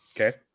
okay